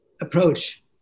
approach